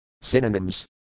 Synonyms